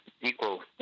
equal